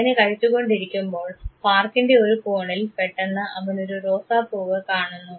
അങ്ങനെ കഴിച്ചുകൊണ്ടിരിക്കുമ്പോൾ പാർക്കിൻറെ ഒരു കോണിൽ പെട്ടെന്ന് അവൻ ഒരു റോസാപ്പൂവ് കാണുന്നു